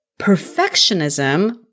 perfectionism